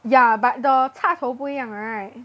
ya but the 插头不一样 right